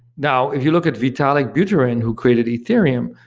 now if you look at vitalik buterin who created ethereum,